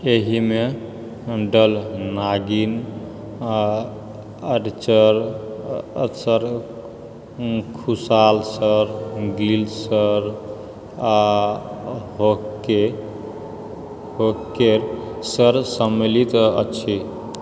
एहिमे डल नागिन आडचर खुशाल सर गिल सर आ होकेर सर सम्मिलित अछि